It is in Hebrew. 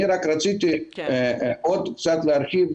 אני רק רציתי עוד קצת להרחיב,